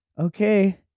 Okay